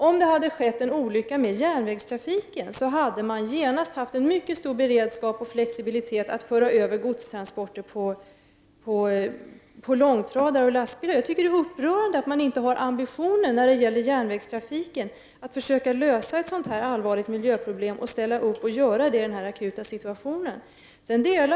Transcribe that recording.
Om det hade skett en järnvägsolycka är jag övertygad om att regeringen genast hade haft en mycket stor beredskap och flexibilitet för att föra över godstransporter till långtradare och lastbilar. Jag tycker att det är upprörande att regeringen i det här fallet inte har ambitionen att försöka lösa ett sådant allvarligt miljöproblem i denna akuta situation.